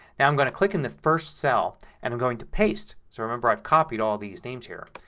and i'm going to click in the first cell and i'm going to paste. so remember i've copied all these names here.